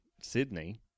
Sydney